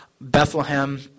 Bethlehem